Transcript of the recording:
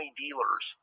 dealers